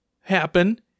happen